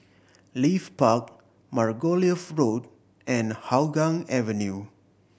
Leith Park Margoliouth Road and Hougang Avenue